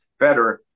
Federer